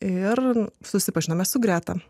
ir susipažinome su greta